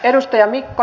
arvoisa puhemies